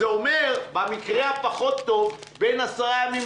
זה אומר: במקרה הפחות טוב בין 10 ימים